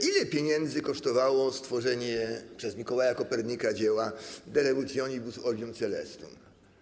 Ile pieniędzy kosztowało stworzenie przez Mikołaja Kopernika dzieła ˝De revolutionibus orbium coelestium˝